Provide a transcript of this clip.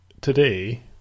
today